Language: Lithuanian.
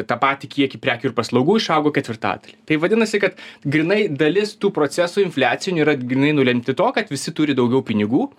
tą patį kiekį prekių ir paslaugų išaugo ketvirtadaliu tai vadinasi kad grynai dalis tų procesų infliacinių yra grynai nulemti to kad visi turi daugiau pinigų